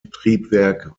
triebwerk